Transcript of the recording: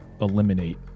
eliminate